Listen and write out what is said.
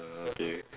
uh okay